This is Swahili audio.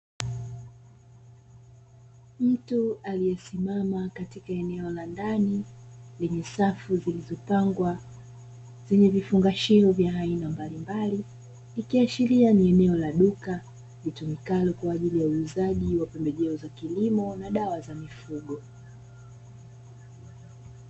Mtu aliyesimama katika eneo la ndani lenye safu zilizopangwa zenye vifungashio vya aina mbali mbali, ikiashiria ni eneo la duka litumikalo kwa ajili ya uuzaji wa pembejeo za kilimo na dawa za mifugo.